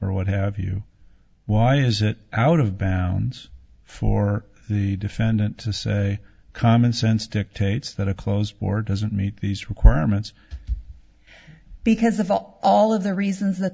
or what have you why is it out of bounds for the defendant to say common sense dictates that a closed board doesn't meet these requirements because of all all of the reasons that